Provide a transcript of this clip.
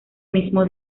mismo